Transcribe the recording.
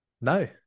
No